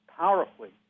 powerfully